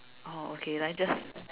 oh okay then I just